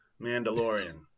Mandalorian